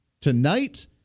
Tonight